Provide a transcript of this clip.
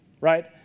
right